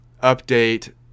update